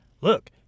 Look